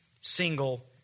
single